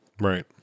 Right